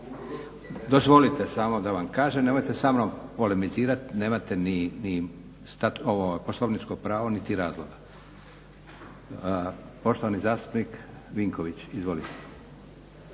Dozvolite samo da vam kažem. Nemojte sa mnom polemizirati. Nemate ni poslovničko pravo, niti razloga. Poštovani zastupnik Vinković.